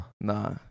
Nah